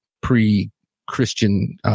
pre-Christian